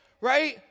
Right